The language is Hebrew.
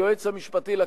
היועץ המשפטי לכנסת,